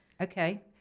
Okay